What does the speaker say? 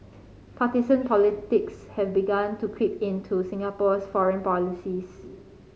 partisan politics has begun to creep into Singapore's foreign policies